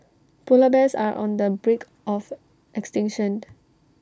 Polar Bears are on the brink of extinction